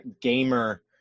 gamer